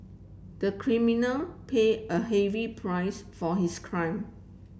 the criminal pay a heavy price for his crime